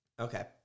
Okay